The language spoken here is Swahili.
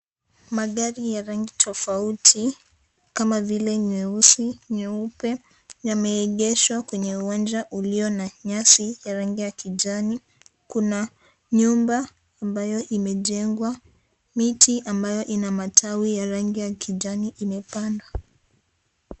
Magari ya rangi tofauti kama vile nyeusi , nyeupe yameegeshwa kwenye uwanja ulio na nyasi ya rangi ya kijani kuna nyumba ambayo imejenga miti ambayo ina matawi ya rangi ya kijani imepandwa.